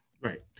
Right